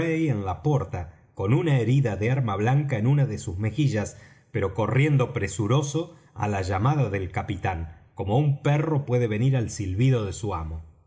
en la porta con una herida de arma blanca en una de sus mejillas pero corriendo presuroso á la llamada del capitán como un perro puede venir al silbido de su amo